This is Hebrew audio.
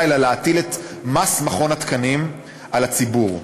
אלא להטיל את "מס מכון התקנים" על הציבור,